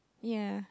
ya